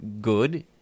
Good